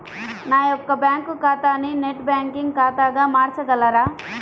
నా యొక్క బ్యాంకు ఖాతాని నెట్ బ్యాంకింగ్ ఖాతాగా మార్చగలరా?